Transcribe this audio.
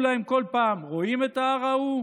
אמרו להם כל פעם: רואים את ההר ההוא?